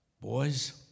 boys